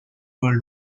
world